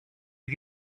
you